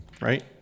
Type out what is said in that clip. right